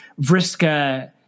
Vriska